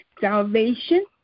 Salvation